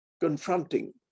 confronting